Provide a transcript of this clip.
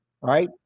right